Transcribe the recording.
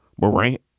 Morant